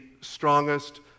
strongest